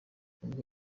ubwo